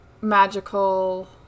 magical